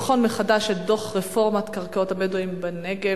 לבחון מחדש את דוח רפורמת קרקעות הבדואים בנגב,